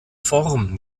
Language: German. form